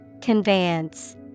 Conveyance